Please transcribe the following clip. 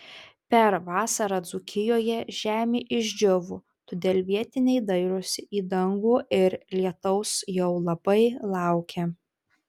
per vasarą dzūkijoje žemė išdžiūvo todėl vietiniai dairosi į dangų ir lietaus jau labai laukia